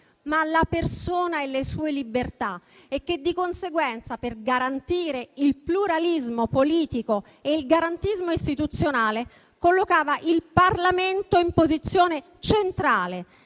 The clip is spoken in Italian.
ma la persona e le sue libertà e che, di conseguenza, per garantire il pluralismo politico ed il garantismo istituzionale, collocava il Parlamento in posizione centrale.